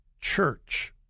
Church